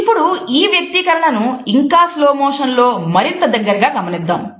ఇప్పుడు ఈ వ్యక్తీకరణను ఇంకా స్లో మోషన్ లో మరింత దగ్గరగా గమనిద్దాం